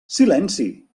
silenci